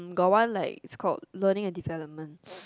got one like it's called learning and development